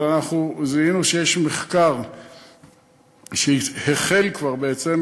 אבל אנחנו זיהינו שיש מחקר שהחל כבר בעצם,